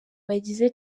bagize